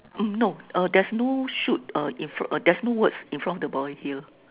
uh no uh there's no shoot uh in uh there's no words in front of the boy here